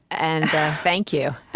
and thank you. ah